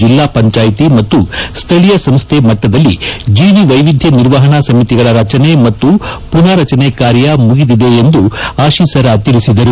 ಜಿಲ್ಲಾ ಪಂಚಾಯ್ತಿ ಮತ್ತು ಸ್ಥಳಯ ಸಂಸ್ಥೆ ಮಟ್ಟದಲ್ಲಿ ಜೀವ ವೈವಿಧ್ಯ ನಿರ್ವಹಣಾ ಸಮಿತಿಗಳ ರಚನೆ ಮತ್ತು ಪುನಾರಚನೆ ಕಾರ್ಯ ಮುಗಿದಿದೆ ಎಂದು ಆತೀಸರ ತಿಳಿಸಿದರು